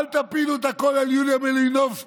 אל תפילו את הכול על יוליה מלינובסקי,